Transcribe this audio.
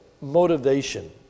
motivation